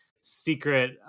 secret